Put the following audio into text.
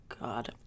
God